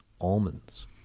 almonds